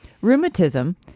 Rheumatism